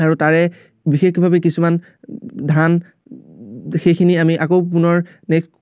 আৰু তাৰে বিশেষভাৱে কিছুমান ধান সেইখিনি আমি আকৌ পুনৰ নে